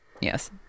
yes